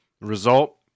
result